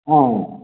औ